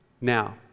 now